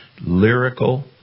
lyrical